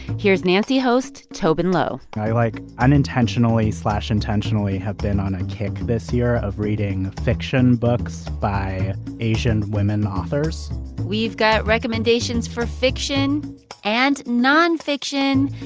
here's nancy host tobin low i, like, unintentionally intentionally have been on a kick this year of reading fiction books by asian women authors we've got recommendations for fiction and nonfiction.